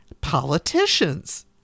Politicians